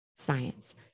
science